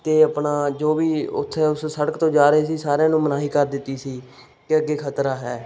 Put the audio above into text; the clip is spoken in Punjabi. ਅਤੇ ਆਪਣਾ ਜੋ ਵੀ ਉੱਥੇ ਉਸ ਸੜਕ ਤੋਂ ਜਾ ਰਹੇ ਸੀ ਸਾਰਿਆਂ ਨੂੰ ਮਨਾਹੀ ਕਰ ਦਿੱਤੀ ਸੀ ਕਿ ਅੱਗੇ ਖ਼ਤਰਾ ਹੈ